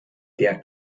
der